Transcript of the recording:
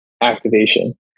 activation